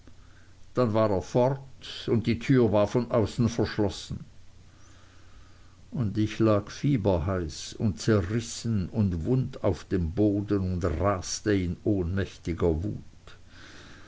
dann war er fort und die tür war von außen verschlossen und ich lag fieberheiß und zerrissen und wund auf dem boden und raste in ohnmächtiger wut